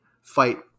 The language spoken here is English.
fight